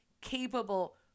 capable